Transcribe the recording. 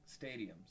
stadiums